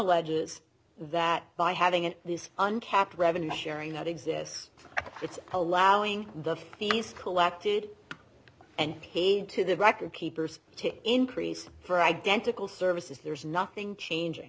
alleges that by having this uncapped revenue sharing that exists it's allowing the these collected and paid to the record keepers to increase for identical services there is nothing changing